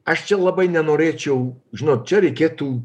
aš čia labai nenorėčiau žinot čia reikėtų